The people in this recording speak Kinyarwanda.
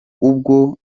ubwo